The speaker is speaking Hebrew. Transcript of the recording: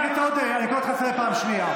חבר הכנסת עודה, אני קורא אותך לסדר פעם שנייה.